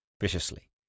viciously